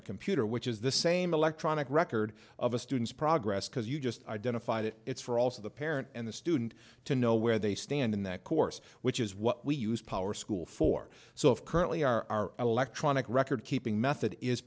their computer which is the same electronic record of a student's progress because you just identify that it's for also the parent and the student to know where they stand in that course which is what we use power school for so if currently our electronic record keeping method is